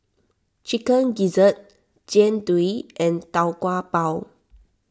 Chicken Gizzard Jian Dui and Tau Kwa Pau